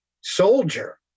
soldier